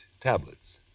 Tablets